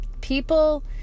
people